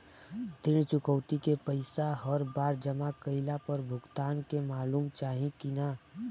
ऋण चुकौती के पैसा हर बार जमा कईला पर भुगतान के मालूम चाही की ना?